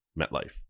MetLife